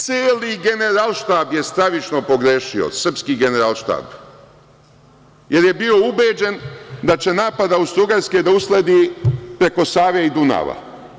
Celi Generalštab je stravično pogrešio, srpski Generalštab, jer je bio ubeđen da će napad Austrougarske da usledi preko Save i Dunava.